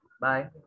Bye